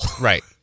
Right